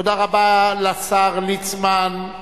תודה רבה לשר ליצמן,